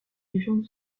légende